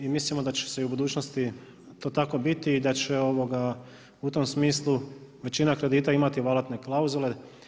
I mislimo da će i u budućnosti to tako biti i da će u tom smislu većina kredita imati valutne klauzule.